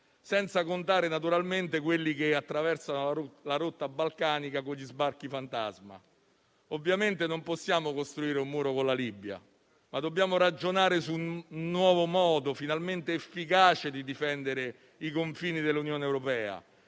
senza contare naturalmente quelli che attraversano la rotta balcanica, con gli sbarchi fantasma. Ovviamente non possiamo costruire un muro con la Libia, ma dobbiamo ragionare su un nuovo modo, finalmente efficace, di difendere i confini dell'Unione europea,